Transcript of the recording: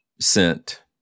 sent